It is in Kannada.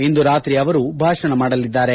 ಇಂದು ರಾತ್ರಿ ಅವರು ಭಾಷಣ ಮಾಡಲಿದ್ದಾರೆ